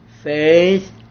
Faith